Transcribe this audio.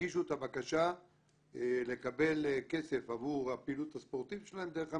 יגישו את הבקשה לקבל כסף עבור הפעילות הספורטיבית שלהם דרך המרכזים.